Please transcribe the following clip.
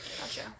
Gotcha